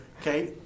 Okay